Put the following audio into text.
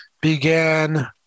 began